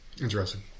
Interesting